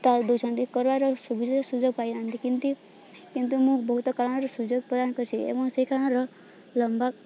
ଦେଉଛନ୍ତି କରିବାର ସୁବିଧା ସୁଯୋଗ ପାଇନାହାନ୍ତି କିନ୍ତୁ କିନ୍ତୁ ମୁଁ ବହୁତ କାରଣର ସୁଯୋଗ ପ୍ରଦାନ କରିଛି ଏବଂ ସେଇ କାରଣର ଲମ୍ବା